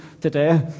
today